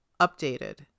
updated